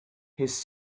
his